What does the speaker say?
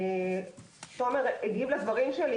תומר הגיב לדברים שלי,